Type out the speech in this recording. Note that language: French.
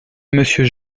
monsieur